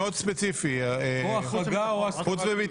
רק ועדות משנה של חוץ וביטחון.